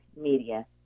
media